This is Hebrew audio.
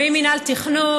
עם מינהל התכנון,